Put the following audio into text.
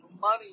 money